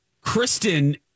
Kristen